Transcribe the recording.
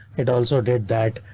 it also. did that.